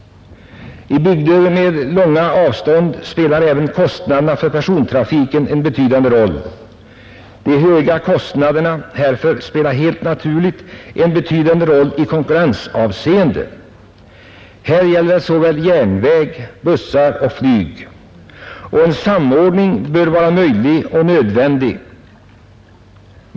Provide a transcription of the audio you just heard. I bygder med de långa avstånden spelar även kostnaderna för persontrafiken en betydande roll. De höga kostnaderna härför är en betydande faktor i konkurrensavseende. Här gäller det såväl järnväg, bussar som flyg. En samordning bör vara möjlig och nödvändig.